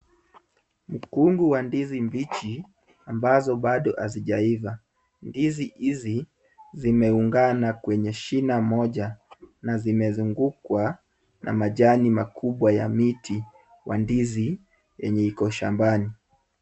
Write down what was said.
Mkungu wa ndizi mbichi ambazo bado hazijaiva. Ndizi hizi zimeungana kwenye shina moja na zimezungukwa na majani makubwa ya miti wa ndizi yenye iko shambani.